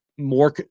More